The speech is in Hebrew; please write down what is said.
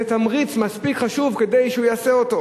זה תמריץ מספיק חשוב כדי שהוא יעשה זאת.